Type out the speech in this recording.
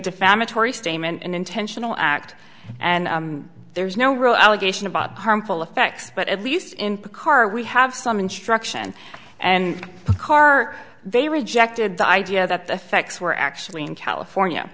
defamatory statement an intentional act and there's no real allegation about harmful effects but at least in the car we have some instruction and car they rejected the idea that the effects were actually in california